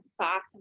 thoughts